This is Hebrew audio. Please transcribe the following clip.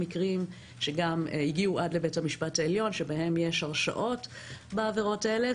מקרים שגם הגיעו עד לבית המשפט העליון שבהם יש הרשעות בעבירות האלה,